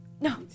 no